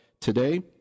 today